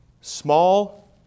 Small